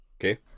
Okay